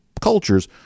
cultures